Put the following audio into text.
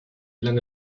lange